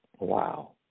Wow